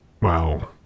Wow